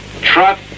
truck